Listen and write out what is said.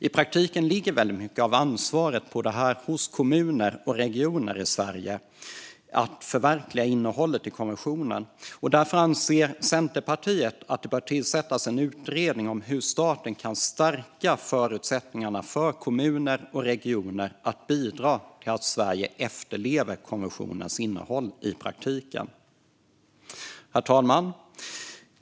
I praktiken ligger väldigt mycket av ansvaret för att förverkliga innehållet i konventionen hos kommuner och regioner i Sverige. Därför anser Centerpartiet att det bör tillsättas en utredning om hur staten kan stärka förutsättningarna för kommuner och regioner att bidra till att Sverige efterlever konventionens innehåll i praktiken. Herr talman!